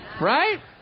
right